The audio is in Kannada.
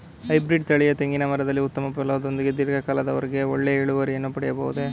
ಹೈಬ್ರೀಡ್ ತಳಿಯ ತೆಂಗಿನ ಮರದಲ್ಲಿ ಉತ್ತಮ ಫಲದೊಂದಿಗೆ ಧೀರ್ಘ ಕಾಲದ ವರೆಗೆ ಒಳ್ಳೆಯ ಇಳುವರಿಯನ್ನು ಪಡೆಯಬಹುದೇ?